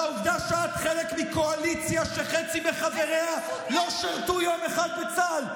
לעובדה שאת חלק מקואליציה שחצי מחבריה לא שירתו יום אחד בצה"ל,